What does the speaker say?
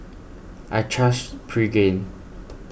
I trust Pregain